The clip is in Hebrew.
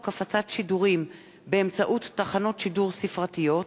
הפצת שידורים באמצעות תחנות שידור ספרתיות,